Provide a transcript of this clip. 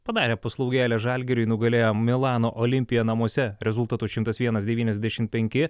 padarė paslaugėlę žalgiriui nugalėjo milano olimpiją namuose rezultatu šimtas vienas devyniasdešim penki